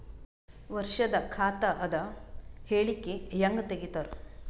ವರ್ಷದ ಖಾತ ಅದ ಹೇಳಿಕಿ ಹೆಂಗ ತೆಗಿತಾರ?